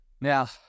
Now